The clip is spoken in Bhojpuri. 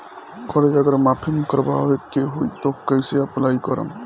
कर्जा अगर माफी करवावे के होई तब कैसे अप्लाई करम?